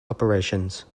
operations